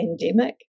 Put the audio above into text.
pandemic